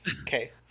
Okay